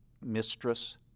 mistress